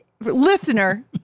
listener